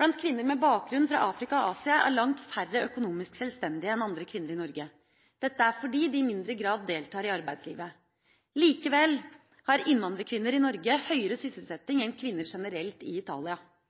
Blant kvinner med bakgrunn fra Afrika og Asia er langt færre økonomisk selvstendige enn andre kvinner i Norge. Dette er fordi de i mindre grad deltar i arbeidslivet. Likevel har innvandrerkvinner i Norge høyere sysselsetting enn kvinner generelt i Italia.